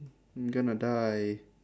gonna die